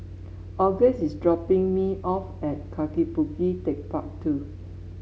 August is dropping me off at Kaki Bukit TechparK Two